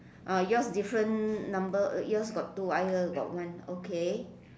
uh yours different number yours got two I got one okay